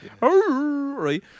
right